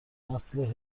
نسل